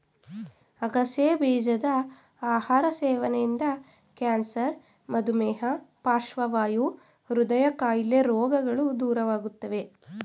ಅಗಸೆ ಬೀಜದ ಆಹಾರ ಸೇವನೆಯಿಂದ ಕ್ಯಾನ್ಸರ್, ಮಧುಮೇಹ, ಪಾರ್ಶ್ವವಾಯು, ಹೃದಯ ಕಾಯಿಲೆ ರೋಗಗಳು ದೂರವಾಗುತ್ತವೆ